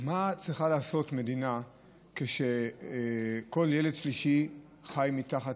במה צריכה לעשות מדינה כשכל ילד שלישי חי מתחת